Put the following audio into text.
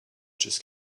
just